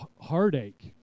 heartache